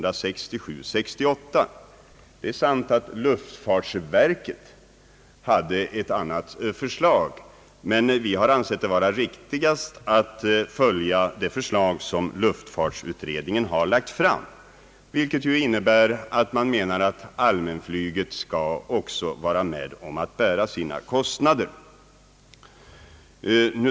Det är sant att luftfartsverket hade ett annat förslag, men vi har ansett det vara riktigast att följa det förslag som luftfartsutredningen har lagt fram, vilket förslag ju innebär att även allmänflyget skall bära sina kostnader.